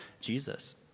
Jesus